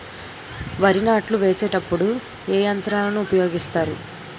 వరి నాట్లు వేసేటప్పుడు ఏ యంత్రాలను ఉపయోగిస్తారు?